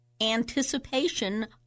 anticipation